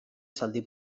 zaldi